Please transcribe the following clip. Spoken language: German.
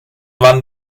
wann